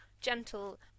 gentle